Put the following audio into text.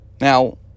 Now